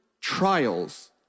trials